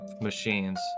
machines